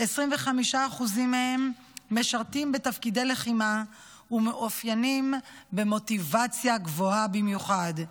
25% מהם משרתים בתפקידי לחימה ומאופיינים במוטיבציה גבוהה במיוחד.